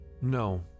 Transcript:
No